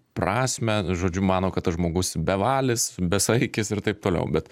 prasmę žodžiu mano kad tas žmogus bevalis besaikis ir taip toliau bet